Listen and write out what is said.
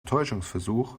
täuschungsversuch